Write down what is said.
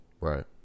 Right